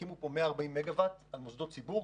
שיקימו פה 140 מגה וואט על מוסדות ציבור.